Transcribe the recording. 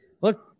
look